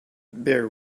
bear